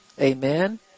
Amen